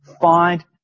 find